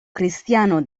cristiano